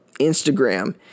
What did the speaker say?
Instagram